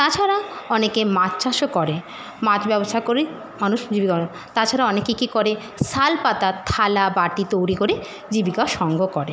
তাছাড়া অনেকে মাছ চাষও করে মাছ ব্যবসা করেই মানুষ জীবিকা তাছাড়া অনেকে কী করে শাল পাতার থালা বাটি তৈরি করে জীবিকা সঙ্গ করে